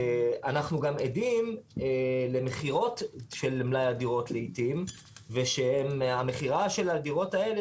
אנחנו גם עדים למכירות של מלאי הדירות לעיתים ושהמכירה של הדירות האלה,